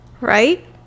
right